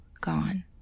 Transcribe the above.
gone